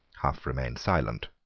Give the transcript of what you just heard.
hough remained silent.